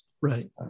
Right